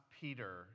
Peter